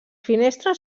finestres